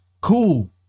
Cool